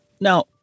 Now